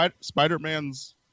Spider-Man's